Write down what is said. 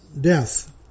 death